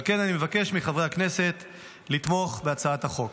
על כן, אני מבקש מחברי הכנסת לתמוך בהצעת החוק.